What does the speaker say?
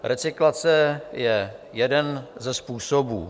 Recyklace je jeden ze způsobů.